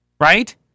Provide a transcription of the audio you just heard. right